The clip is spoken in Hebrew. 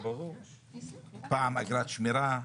פעם אגרת שמירה,